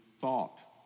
thought